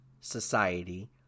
society